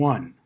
One